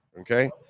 Okay